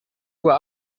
uhr